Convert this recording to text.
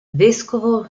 vescovo